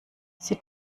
sie